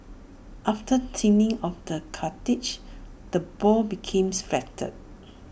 after thinning of the cartilage the ball became flattened